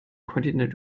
kontinent